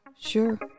Sure